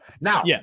Now